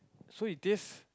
so it taste